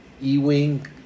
Ewing